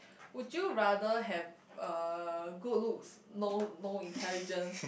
would you rather have uh good looks no no intelligence